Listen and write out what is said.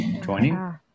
joining